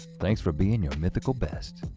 thanks for being your mythical best.